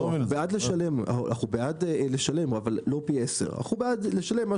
אנחנו בעד לשלם אבל משהו סביר,